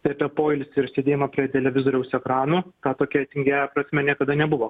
tai tą poilsį ir sėdėjimą prie televizoriaus ekranų ta tokia tingiaja prasme niekad nebuvo